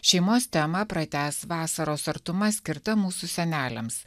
šeimos temą pratęs vasaros artuma skirta mūsų seneliams